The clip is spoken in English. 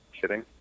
Kidding